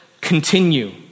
continue